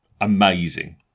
amazing